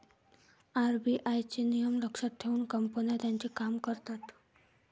RBI चे नियम लक्षात घेऊन कंपन्या त्यांचे काम करतात